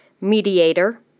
mediator